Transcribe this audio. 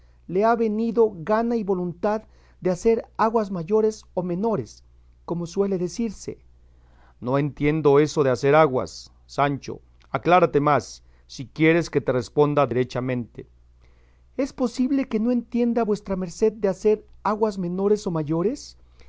le ha venido gana y voluntad de hacer aguas mayores o menores como suele decirse no entiendo eso de hacer aguas sancho aclárate más si quieres que te responda derechamente es posible que no entiende vuestra merced de hacer aguas menores o mayores